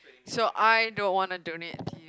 so I don't wanna donate to you